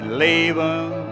leaving